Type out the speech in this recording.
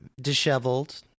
disheveled